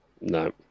No